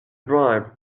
bribe